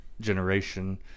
generation